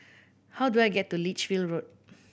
how do I get to Lichfield Road